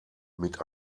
mit